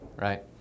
right